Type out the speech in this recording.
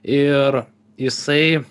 ir jisai